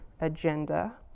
agenda